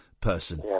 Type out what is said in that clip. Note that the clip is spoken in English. person